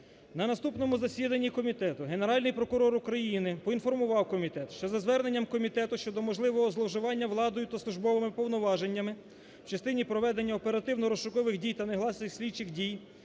На наступному засіданні комітету Генеральний прокурор України поінформував комітет, що за зверненням комітету щодо можливого зловживанням владою та службовими повноваженням в частині проведення оперативно-розшукових дій та негласних слідчих дій,